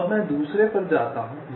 तो अब मैं दूसरे पर जाता हूं